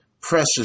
Precious